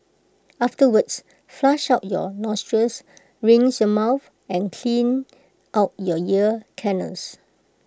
afterwards flush out your nostrils rinse your mouth and clean out you ear canals